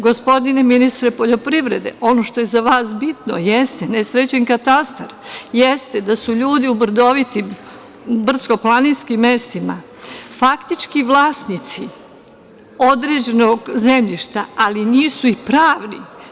Gospodine ministre poljoprivrede, ono što je za vas bitno jeste nesređen katastar, jeste da su ljudi u brdovitim i brdsko-planinskim mestima faktički vlasnici određenog zemljišta, ali nisu i pravni.